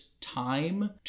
time